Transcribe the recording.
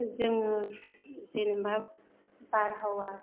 जोङो जेनेबा बारहावा